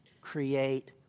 create